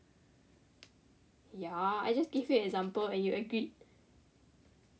ya I just give you example and you agreed